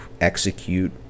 execute